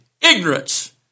Ignorance